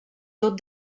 tot